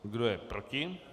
Kdo je proti?